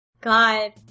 God